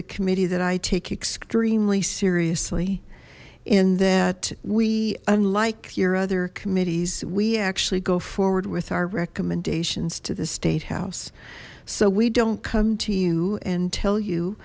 a committee that i take extremely seriously in that we unlike your other committees we actually go forward with our recommendations to the state house so we don't come to you and tell you